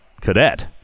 Cadet